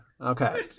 okay